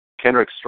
Kendrick